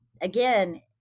again